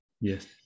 Yes